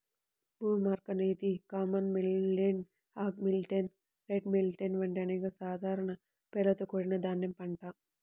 broomcorn అనేది common millet, hog millet, red millet వంటి అనేక సాధారణ పేర్లతో కూడిన ధాన్యం పంట